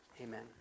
Amen